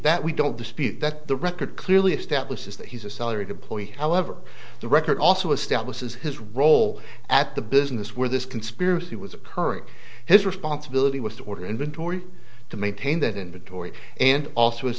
that we don't dispute that the record clearly establishes that he's a salaried employee however the record also establishes his role at the business where this conspiracy was occurring his responsibility was to order inventory to maintain that inventory and al